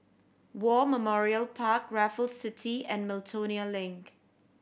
War Memorial Park Raffles City and Miltonia Link